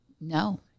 No